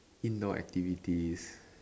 indoor activities